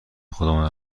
خودمان